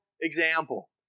example